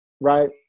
right